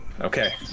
Okay